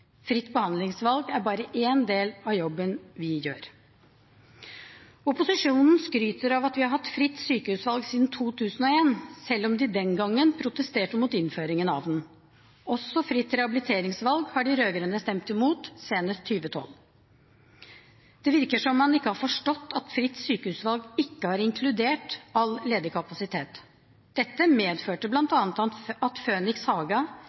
Fritt behandlingsvalg er bare én del av jobben vi gjør. Opposisjonen skryter av at vi har hatt fritt sykehusvalg siden 2001, selv om de den gangen protesterte mot innføringen av det. Også fritt rehabiliteringsvalg har de rød-grønne stemt imot, senest i 2012. Det virker som om man ikke har forstått at fritt sykehusvalg ikke har inkludert all ledig kapasitet. Dette medførte